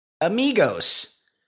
Amigos